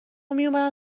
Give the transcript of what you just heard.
میومدن